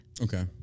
okay